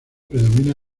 predomina